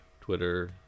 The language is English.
Twitter